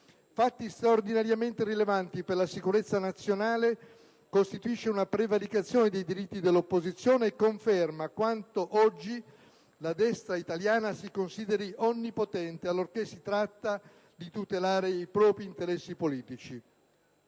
fatti straordinariamente rilevanti per la sicurezza nazionale costituisce una prevaricazione dei diritti dell'opposizione e conferma quanto oggi la destra italiana si consideri onnipotente allorché si tratta di tutelare i propri interessi politici.